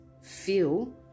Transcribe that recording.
feel